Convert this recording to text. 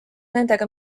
nendega